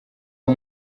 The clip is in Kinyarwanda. uwo